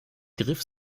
griff